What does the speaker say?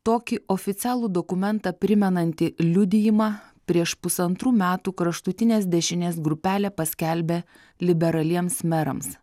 tokį oficialų dokumentą primenantį liudijimą prieš pusantrų metų kraštutinės dešinės grupelė paskelbė liberaliems merams